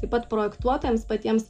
taip pat projektuotojams patiems